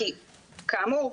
כי כאמור,